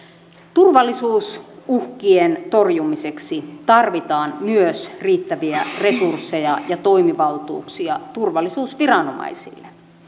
turvallisuusuhkien torjumiseksi tarvitaan myös riittäviä resursseja ja toimivaltuuksia turvallisuusviranomaisille